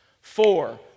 Four